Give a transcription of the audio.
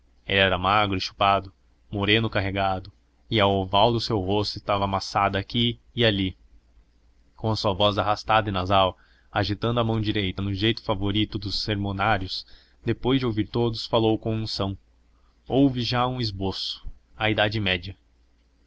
era magro e chupado moreno carregado e a oval do seu rosto estava amassada aqui e ali com a sua voz arrastada e nasal agitando a mão direita no jeito favorito dos sermonários depois de ouvir todos falou com unção houve já um esboço a idade média